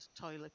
toilet